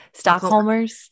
Stockholmers